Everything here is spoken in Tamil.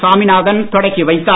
சாமிநாதன் தொடக்கி வைத்தார்